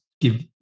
give